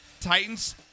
Titans